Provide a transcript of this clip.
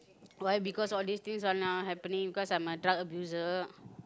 why because all these things are now happening because I'm a drug abuser